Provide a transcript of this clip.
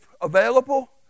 available